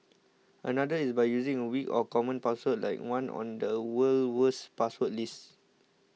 another is by using a weak or common password like one on the world's worst password list